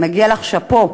מגיע לך שאפו.